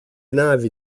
navi